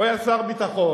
היה שר ביטחון,